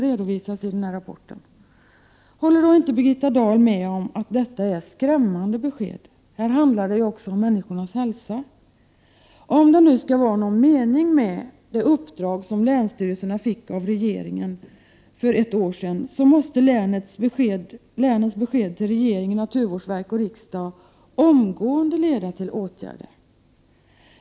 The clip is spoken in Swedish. Håller Birgitta Dahl inte med om att detta är skrämmande besked? Det handlar ju också om människornas hälsa. Om det skall vara någon mening med det uppdrag som länsstyrelserna för ett år sen fick av regeringen, måste länets besked till regering, naturvårdsverk och riksdag omgående leda till åtgärder.